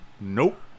nope